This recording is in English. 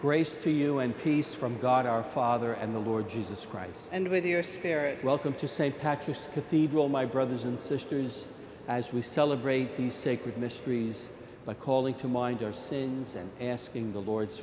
grace to you and peace from god our father and the lord jesus christ and with your scary welcome to st patrick's cathedral my brothers and sisters as we celebrate the sacred mysteries by calling to mind our saying this and asking the lord's